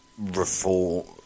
reform